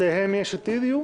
שניהם יהיו מיש עתיד?